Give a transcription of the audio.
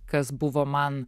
kas buvo man